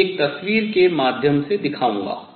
एक तस्वीर के माध्यम से दिखाऊंगा